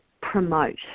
promote